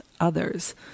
others